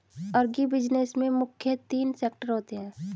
agribusiness में मुख्य तीन सेक्टर होते है